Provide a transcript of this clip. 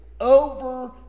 Over